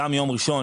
ביום ראשון,